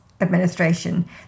administration